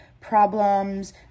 problems